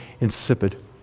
insipid